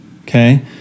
Okay